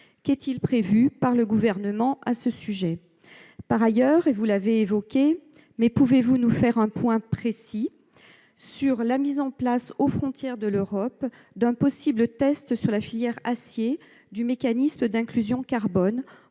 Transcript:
Qu'est-il prévu par le Gouvernement à ce sujet ? Par ailleurs, pouvez-vous nous faire un point précis sur la mise en place aux frontières de l'Europe d'un possible test sur la filière acier du mécanisme d'inclusion carbone